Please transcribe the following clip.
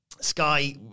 Sky